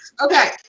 Okay